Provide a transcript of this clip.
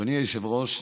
אדוני היושב-ראש.